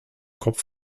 kopf